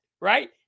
right